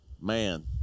man